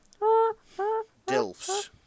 Dilfs